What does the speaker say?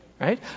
right